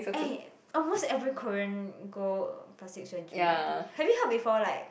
eh almost every Korean go plastic surgery eh have you heard before like